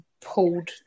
pulled